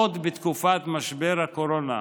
עוד בתקופת משבר הקורונה,